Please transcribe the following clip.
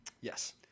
Yes